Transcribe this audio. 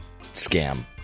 scam